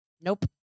Nope